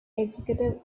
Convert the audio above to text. executive